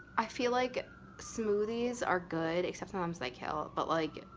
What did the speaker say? i feel like smoothies are good except sometimes they kill, but like,